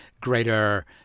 greater